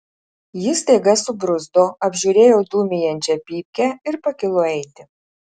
jis staiga subruzdo apžiūrėjo dūmijančią pypkę ir pakilo eiti